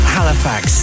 Halifax